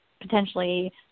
potentially